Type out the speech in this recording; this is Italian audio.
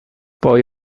poi